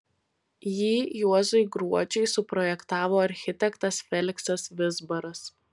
jį juozui gruodžiui suprojektavo architektas feliksas vizbaras